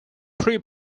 pre